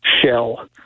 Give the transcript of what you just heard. shell